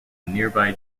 nearby